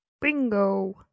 Bingo